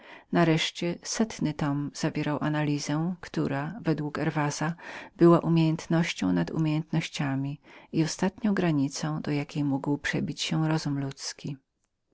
nareszcie setny tom zawierał analizę która według herwesa była umiejętnością wszystkich umiejętności i ostatnią granicą do jakiej mógł przebić się rozum ludzki